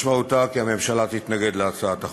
משמעותה כי הממשלה תתנגד להצעת החוק.